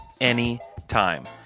anytime